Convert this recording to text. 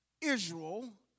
Israel